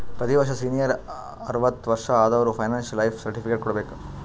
ಪ್ರತಿ ವರ್ಷ ಸೀನಿಯರ್ ಅರ್ವತ್ ವರ್ಷಾ ಆದವರು ಪೆನ್ಶನ್ ಲೈಫ್ ಸರ್ಟಿಫಿಕೇಟ್ ಕೊಡ್ಬೇಕ